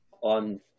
on